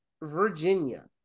Virginia